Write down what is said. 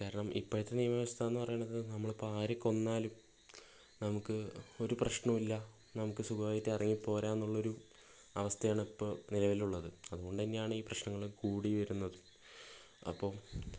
കാരണം ഇപ്പോഴത്തെ നിയമവ്യവസ്ഥയെന്ന് പറയണത് നമ്മളിപ്പോൾ ആര് കൊന്നാലും നമുക്ക് ഒരു പ്രശ്നവുമില്ല നമുക്ക് സുഖമായിട്ട് ഇറങ്ങിപ്പോരാമെന്നുള്ളൊരു അവസ്ഥയാണ് ഇപ്പോൾ നിലവിലുള്ളത് അതുകൊണ്ട് തന്നെയാണ് ഈ പ്രശ്നങ്ങള് കൂടി വരുന്നത് അപ്പോൾ